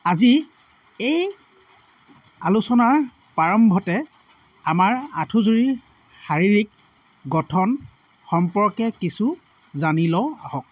আজি এই আলোচনাৰ প্ৰাৰম্ভতে আমাৰ আঁঠুযুৰিৰ শাৰীৰিক গঠন সম্পৰ্কে কিছু জানি লওঁ আহক